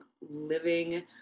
living